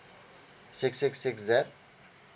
six six six Z